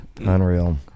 Unreal